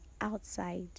outside